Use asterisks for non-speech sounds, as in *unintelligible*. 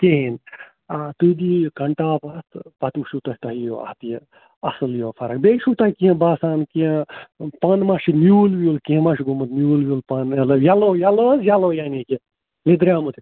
کِہیٖنۍ آ تُہۍ دِیِو یہِ کَنٹاپ اَتھ تہٕ پَتہٕ وٕچھُو تۄہہِ تۄہہِ یِیِو اَتھ یہِ اَصٕل یِیِو فرق بیٚیہِ چھُو تۄہہِ کیٚنٛہہ باسان کیٚنٛہہ پَن مَہ چھُ نیوٗل ویوٗل کیٚنٛہہ مَہ چھُ گوٚمُت نیوٗل ویوٗل پَن *unintelligible* یَلو یَلو حظ یَلو یعنی کہِ لیٚدریٛامُت